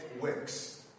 works